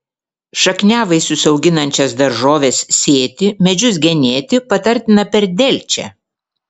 šakniavaisius auginančias daržoves sėti medžius genėti patartina per delčią